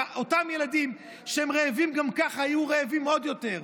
אותם ילדים שהם רעבים גם ככה יהיו רעבים עוד יותר,